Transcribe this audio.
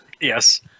Yes